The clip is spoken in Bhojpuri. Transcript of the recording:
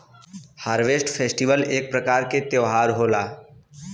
हार्वेस्ट फेस्टिवल एक प्रकार क त्यौहार होला